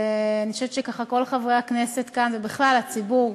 ואני חושבת שכל חברי הכנסת כאן, ובכלל הציבור,